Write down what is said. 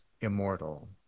immortal